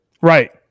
right